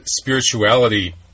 spirituality